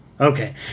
Okay